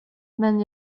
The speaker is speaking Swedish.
men